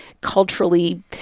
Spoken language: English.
culturally